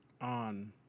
on